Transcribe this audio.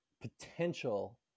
potential